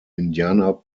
indianapolis